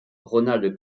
ronald